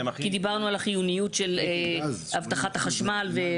כי דיברנו על החיונית של הבטחת החשמל.